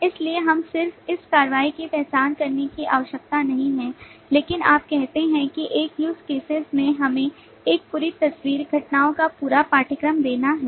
इसलिए हम सिर्फ इस कार्रवाई की पहचान करने की आवश्यकता नहीं है लेकिन आप कहते हैं कि एक use cases में हमें एक पूरी तस्वीर घटनाओं का पूरा पाठ्यक्रम देना है